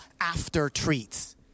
after-treats